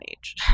Age